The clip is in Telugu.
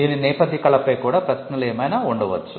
దీని నేపథ్య కళపై కూడా ప్రశ్నలు ఏవైనా ఉండవచ్చు